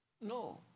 No